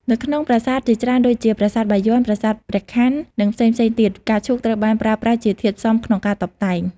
នៅក្នុងប្រាសាទជាច្រើនដូចជា ប្រាសាទបាយ័ន ប្រាសាទព្រះខ័ន និងផ្សេងៗទៀត ផ្កាឈូកត្រូវបានប្រើប្រាស់ជាធាតុផ្សំក្នុងការតុបតែង។